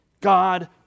God